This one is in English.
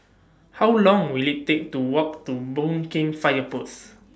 How Long Will IT Take to Walk to Boon Keng Fire Post